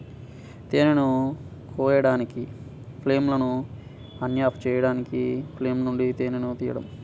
తేనెను కోయడానికి, ఫ్రేమ్లను అన్క్యాప్ చేయడానికి ఫ్రేమ్ల నుండి తేనెను తీయడం